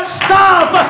stop